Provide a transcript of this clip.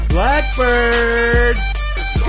Blackbirds